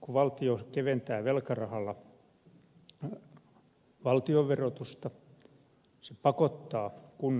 kun valtio keventää velkarahalla valtionverotusta se pakottaa kunnat veronkorotuksiin